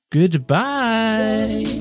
Goodbye